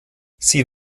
sie